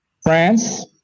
France